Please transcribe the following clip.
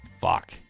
Fuck